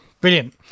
brilliant